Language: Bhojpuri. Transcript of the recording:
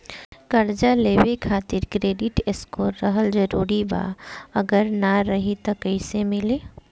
कर्जा लेवे खातिर क्रेडिट स्कोर रहल जरूरी बा अगर ना रही त कैसे मिली?